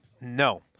No